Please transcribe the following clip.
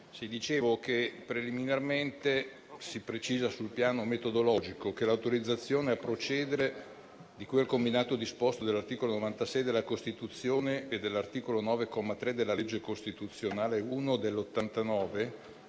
Dicevo che preliminarmente si precisa sul piano metodologico che l'autorizzazione a procedere di quel combinato disposto dell'articolo 96 della Costituzione e dell'articolo 9, comma 3, della legge costituzionale n. 1 del